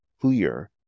clear